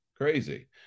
crazy